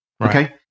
Okay